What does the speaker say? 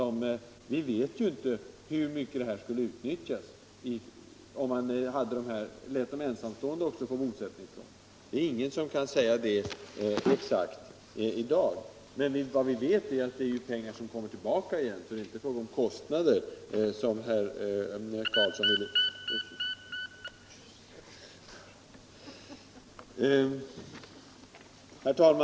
Vi vet inte hur mycket möjligheten för ensamstående att få bosättningslån skulle utnyttjas. Det kan ingen säga i dag. Men vi vet att det i huvudsak är pengar som kommer tillbaka. Det är alltså inte fråga om kostnader, som herr Karlsson sade.